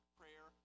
prayer